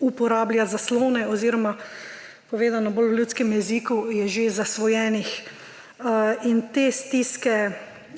uporablja zaslone oziroma povedano bolj v ljudskem jeziku, je že zasvojenih. In te stiske